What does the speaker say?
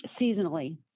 seasonally